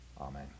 amen